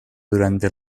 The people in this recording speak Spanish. durante